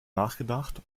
nachgedacht